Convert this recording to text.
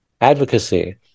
advocacy